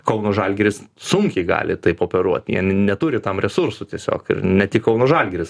kauno žalgiris sunkiai gali taip operuot jie neturi tam resursų tiesiog ne tik kauno žalgiris